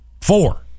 Four